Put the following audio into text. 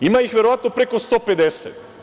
Ima ih verovatno preko 150.